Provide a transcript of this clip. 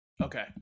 Okay